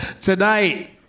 Tonight